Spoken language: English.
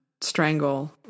strangle